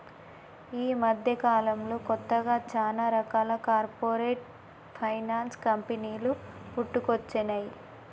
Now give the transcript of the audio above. యీ మద్దెకాలంలో కొత్తగా చానా రకాల కార్పొరేట్ ఫైనాన్స్ కంపెనీలు పుట్టుకొచ్చినై